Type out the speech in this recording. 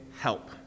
help